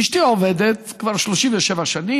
אשתי עובדת כבר 37 שנים,